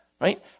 right